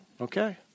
okay